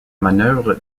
manœuvre